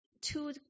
two